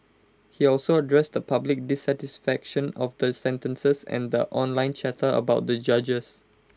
he also addressed the public dissatisfaction of the sentences and the online chatter about the judges